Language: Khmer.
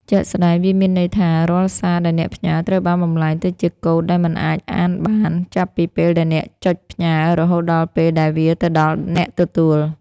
ជាក់ស្ដែង វាមានន័យថា រាល់សារដែលអ្នកផ្ញើ ត្រូវបានបំលែងទៅជាកូដដែលមិនអាចអានបាន ចាប់ពីពេលដែលអ្នកចុចផ្ញើ រហូតដល់ពេលដែលវាទៅដល់អ្នកទទួល។